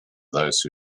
those